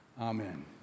Amen